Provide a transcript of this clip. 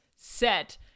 set